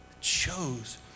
chose